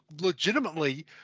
legitimately